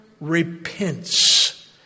repents